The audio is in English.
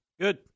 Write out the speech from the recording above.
Good